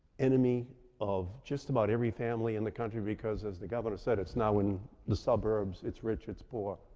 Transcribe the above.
enemy of just about every family in the country because as the governor said, it's now in the suburbs, it's rich, it's poor,